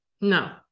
No